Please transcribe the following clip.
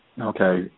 okay